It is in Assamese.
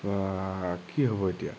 আ কি হ'ব এতিয়া